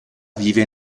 vive